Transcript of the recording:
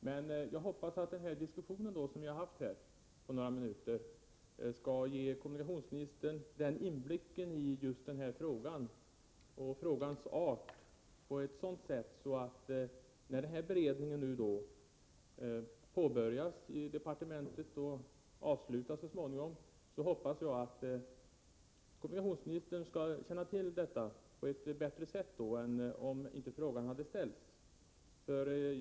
Men jag hoppas att den diskussion som vi haft här under några minuter skall ge kommunikationsministern inblick i just den här frågan och i frågans art på ett sådant sätt att kommunikationsministern, när beredningen nu påbörjas i departementet och så småningom avslutas, skall känna till förhållandena på ett bättre sätt än om frågan inte hade ställts.